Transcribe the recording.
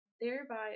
thereby